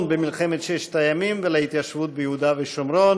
במלחמת ששת הימים ולהתיישבות ביהודה ושומרון,